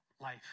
Life